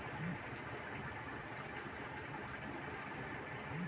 आब अहांक स्क्रीन पर एकटा नया पेज खुलत, जतय अपन विवरण भरय पड़त